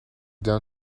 down